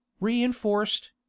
reinforced